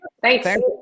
Thanks